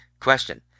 Question